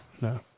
no